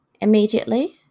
Immediately